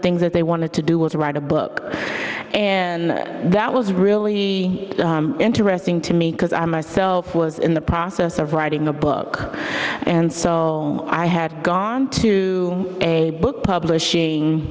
things that they wanted to do was to write a book and that was really interesting to me because i myself was in the process of writing a book and so i had gone to a book publishing